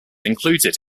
included